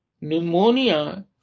pneumonia